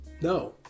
No